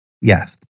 Yes